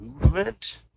movement